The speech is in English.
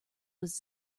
was